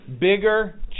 bigger